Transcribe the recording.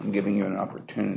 giving you an opportunity